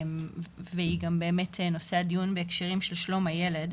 והיא גם באמת נושא הדיון בהקשרים של שלום הילד.